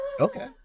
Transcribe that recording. Okay